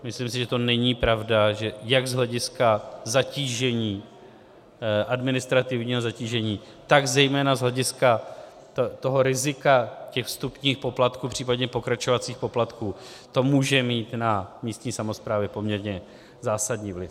Myslím si, že to není pravda, že jak z hlediska administrativního zatížení, tak zejména z hlediska rizika vstupních poplatků, případně pokračovacích poplatků, to může mít na místní samosprávy poměrně zásadní vliv.